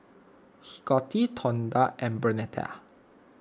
Scottie Tonda and Bernetta